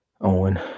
Owen